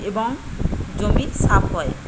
এবং জমি সাফ হয়